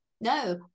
no